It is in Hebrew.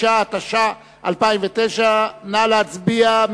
66), התש"ע 2009. נא להצביע.